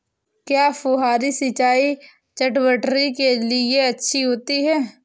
क्या फुहारी सिंचाई चटवटरी के लिए अच्छी होती है?